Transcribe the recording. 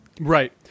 Right